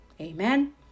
Amen